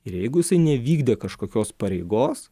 ir jeigu jisai nevykdė kažkokios pareigos